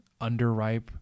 underripe